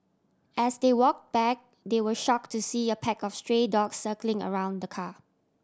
as they walk back they were shock to see a pack of stray dogs circling around the car